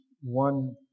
one